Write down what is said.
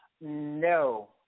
No